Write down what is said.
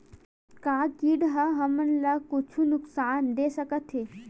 का कीट ह हमन ला कुछु नुकसान दे सकत हे?